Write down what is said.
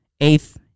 Eighth